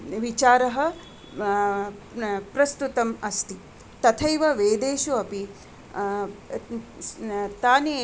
विचारः प्रस्तुतम् अस्ति तथैव वेदेषु अपि तानि